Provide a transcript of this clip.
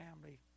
family